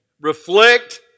Reflect